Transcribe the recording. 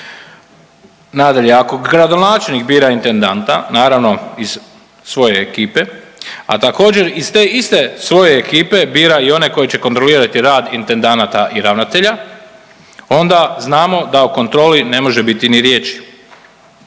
Nadalje, ako gradonačelnik bira intendanta naravno iz svoje ekipe, a također iz te iste svoje ekipe bira i one koji će kontrolirati rad intendanata i ravnatelja onda znamo da o kontroli ne može biti ni riječi.